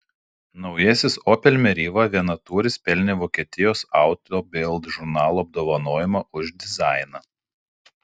naujasis opel meriva vienatūris pelnė vokietijos auto bild žurnalo apdovanojimą už dizainą